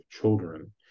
children